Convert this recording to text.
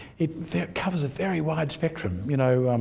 it covers a very wide spectrum. you know